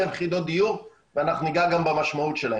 יחידות דיור ואנחנו ניגע גם במשמעות שלהם.